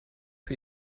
für